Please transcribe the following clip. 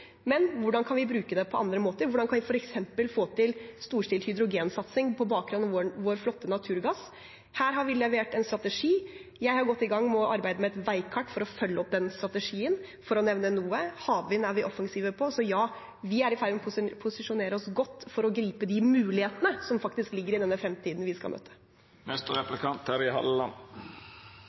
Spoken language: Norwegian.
Men hvordan kan vi bruke det på andre måter? Hvordan kan vi f.eks. få til storstilt hydrogensatsing på bakgrunn av vår flotte naturgass? Her har vi levert en strategi. Jeg er godt i gang med å arbeide med et veikart for å følge opp den strategien, for å nevne noe. Havvind er vi offensive på. Så ja, vi er i ferd med å posisjonere oss godt for å gripe de mulighetene som faktisk ligger i denne fremtiden vi skal møte. Jeg er